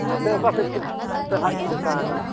ᱱᱚᱛᱮ ᱚᱠᱟ ᱥᱮᱫ ᱠᱤᱱ ᱦᱮᱡ ᱞᱮᱱᱛᱮ ᱦᱟᱜ ᱠᱤᱱ ᱚᱱᱟ ᱟᱠᱟᱱᱟ